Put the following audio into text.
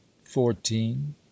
fourteen